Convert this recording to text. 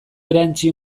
erantsi